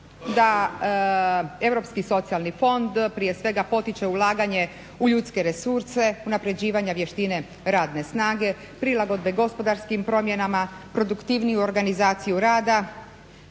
da Europski socijalni fond prije svega potiče ulaganje u ljudske resurse, unapređivanja vještine radne snage, prilagodbe gospodarskim promjenama, produktivniju organizaciju rada,